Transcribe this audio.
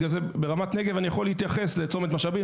ברמת הנגב אני יכול להתייחס לצומת משאבים,